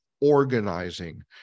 organizing